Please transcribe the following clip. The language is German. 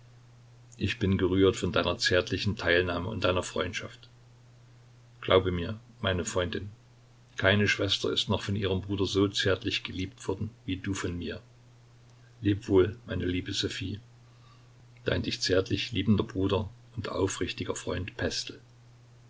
ich bin gerührt von deiner zärtlichen teilnahme und deiner freundschaft glaube mir meine freundin keine schwester ist noch von ihrem bruder so zärtlich geliebt worden wie du von mir leb wohl meine liebe sophie dein dich zärtlich liebender bruder und aufrichtiger freund